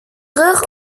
terug